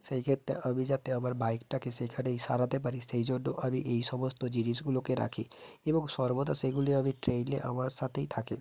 সেই ক্ষেত্রে আমি যাতে আমার বাইকটাকে সেখানেই সারাতে পারি সেই জন্য আমি এই সমস্ত জিনিসগুলোকে রাখি এবং সর্বদা সেইগুলি আমি ট্রেলে আমার সাথেই থাকে